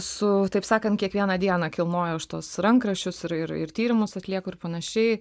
su taip sakant kiekvieną dieną kilnoju aš tuos rankraščius ir ir ir tyrimus atlieku ir panašiai